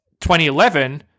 2011